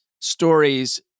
stories